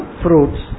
fruits